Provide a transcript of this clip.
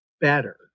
better